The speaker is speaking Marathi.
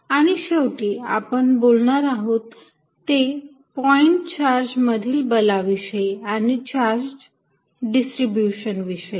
आणि शेवटी आपण बोलणार आहोत ते पॉईंट चार्ज मधील बला विषयी आणि चार्ज डिस्ट्रीब्यूशन विषयी